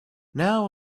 now